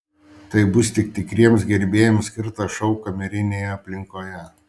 tai bus tik tikriems gerbėjams skirtas šou kamerinėje aplinkoje